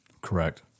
Correct